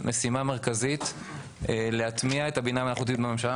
משימה מרכזית להטמיע את הבינה המלאכותית בממשלה.